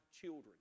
children